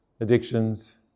addictions